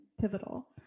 pivotal